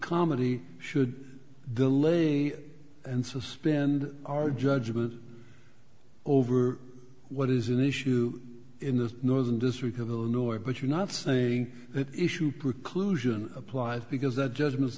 comedy should the lady and suspend our judgment over what is an issue in the northern district of illinois but you're not saying that issue preclusion applies because the judgments